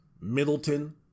Middleton